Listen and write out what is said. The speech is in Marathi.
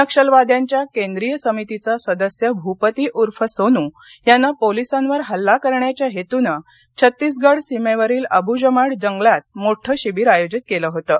नक्षलवाद्यांच्या केंद्रीय समितीचा सदस्य भूपती उर्फ सोनू यानं पोलिसांवर हल्ला करण्याच्या हेतूनं छत्तीसगड सीमेवरील अब्जमाड जंगलात मोठं शिबिर आयोजित केलं होतं